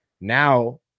Now